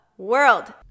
world